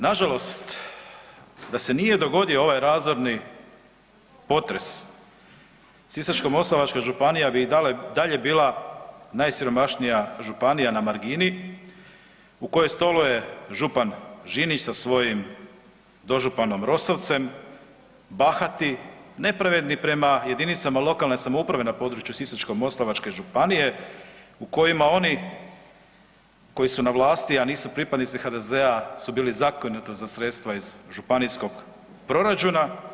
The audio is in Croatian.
Nažalost da se nije dogodio ovaj razorni potres Sisačko-moslavačka županija bi i dalje bila najsiromašnija županija na margini u kojoj stoluje župan Žinić sa svojim dožupanom Rosovcem, bahati, nepravedni prema jedinicama lokalne samouprave na području Sisačko-moslavačke županije u kojima oni koji su na vlasti, a nisu pripadnici HDZ-a su bili zakinuti za sredstva iz županijskog proračuna.